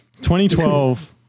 2012